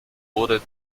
wurde